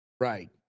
Right